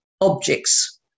objects